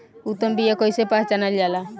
उत्तम बीया कईसे पहचानल जाला?